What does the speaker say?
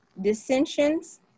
Dissensions